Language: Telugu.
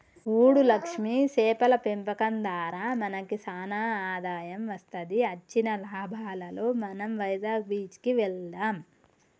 సూడు లక్ష్మి సేపల పెంపకం దారా మనకి సానా ఆదాయం వస్తది అచ్చిన లాభాలలో మనం వైజాగ్ బీచ్ కి వెళ్దాం